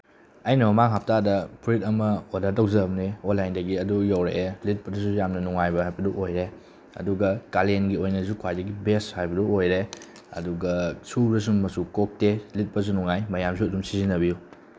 ꯑꯩꯅ ꯃꯃꯥꯡ ꯍꯞꯇꯥꯗ ꯐꯨꯔꯤꯠ ꯑꯃ ꯑꯣꯗꯔ ꯇꯧꯖꯕꯅꯦ ꯑꯣꯟꯂꯥꯏꯟꯗꯒꯤ ꯑꯗꯨ ꯌꯧꯔꯛꯑꯦ ꯂꯤꯠꯄꯗꯁꯨ ꯌꯥꯝꯅ ꯅꯨꯡꯉꯥꯏꯕ ꯍꯥꯏꯕꯗꯨ ꯑꯣꯏꯔꯦ ꯑꯗꯨꯒ ꯀꯥꯂꯦꯟꯒꯤ ꯑꯣꯏꯅꯁꯨ ꯈ꯭ꯋꯥꯏꯗꯒꯤ ꯕꯦꯁ ꯍꯥꯏꯕꯗꯨ ꯑꯣꯏꯔꯦ ꯑꯗꯨꯒ ꯁꯨꯔꯁꯨ ꯃꯆꯨ ꯀꯣꯛꯇꯦ ꯂꯤꯠꯄꯁꯨ ꯅꯨꯡꯉꯥꯏ ꯃꯌꯥꯝꯁꯨ ꯑꯗꯨꯝ ꯁꯤꯖꯤꯟꯅꯕꯤꯌꯨ